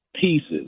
pieces